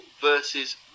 versus